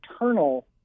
internal